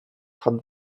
had